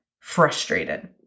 frustrated